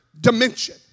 dimension